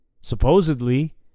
supposedly